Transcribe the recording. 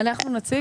אנחנו נציג?